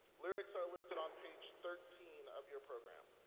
lyrics are listed on page thirteen of your program.